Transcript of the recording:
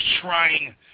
trying